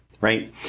right